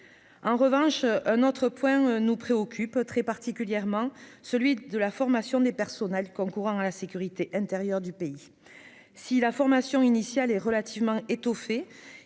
en revanche un autre point nous préoccupe très particulièrement celui de la formation des personnels concourant à la sécurité intérieure du pays si la formation initiale est relativement étoffé,